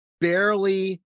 barely